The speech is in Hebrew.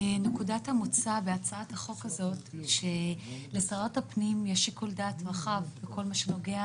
נקודת המוצא בהצעת החוק הזאת היא שלשרת הפנים יש שיקול דעת בכל מה שנוגע